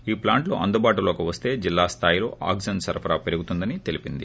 ఈ ప్లాంట్లు అందుబాటులోకి వస్తే జిల్లా స్లాయిలో ఆక్సిజన్ సరఫరా పెరుగుతుందని తెలీపింది